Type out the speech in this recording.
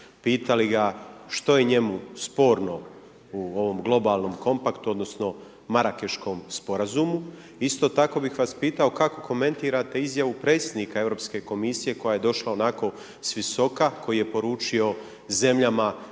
pitali ga što je njemu sporno u ovom globalnom kompaktu odnosno Marakeškom sporazumu? Isto tako bih vas pitao kako komentirate izjavu predsjednika Europske komisije koja je došla onako s visoka, koji je poručio zemljama